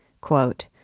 Quote